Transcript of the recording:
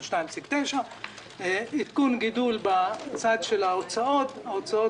של 2.9%. עדכון גידול בצד של ההוצאות ההוצאות